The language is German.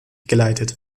geleitet